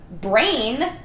brain